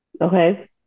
Okay